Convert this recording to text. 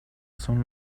son